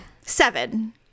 seven